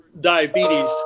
diabetes